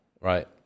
right